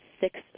six